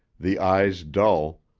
the eyes dull,